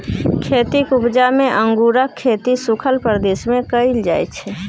खेतीक उपजा मे अंगुरक खेती सुखल प्रदेश मे कएल जाइ छै